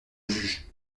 juge